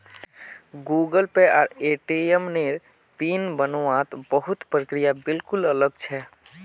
Google Pay आर ATM नेर PIN बन वात बहुत प्रक्रिया बिल्कुल अलग छे